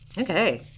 Okay